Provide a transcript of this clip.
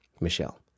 Michelle